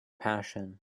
passion